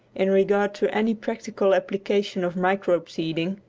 in regard to any practical application of microbe-seeding,